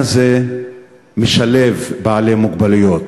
משלב בעלי מוגבלות,